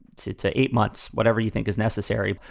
two to eight months. whatever you think is necessary,